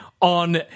on